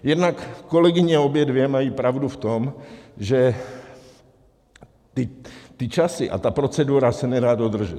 Jednak kolegyně obě dvě mají pravdu v tom, že ty časy a ta procedura se nedá dodržet.